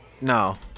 No